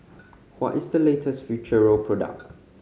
what is the latest Futuro product